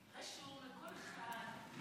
רשום לכל אחד.